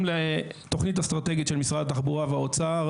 לתוכנית אסטרטגית של משרד התחבורה והאוצר.